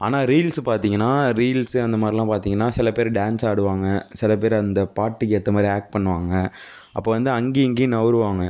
ஆனால் ரீல்ஸ் பார்த்திங்கனா ரீல்ஸ் அந்தமாதிரிலாம் பார்த்திங்கனா சில பேர் டான்ஸ் ஆடுவாங்க சில பேர் அந்த பாட்டுக்கு ஏற்ற மாதிரி ஆக்ட் பண்ணுவாங்க அப்போ வந்து அங்கேயும் இங்கேயும் நகருவாங்க